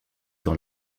dans